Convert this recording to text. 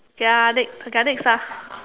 okay ah next okay ah next ah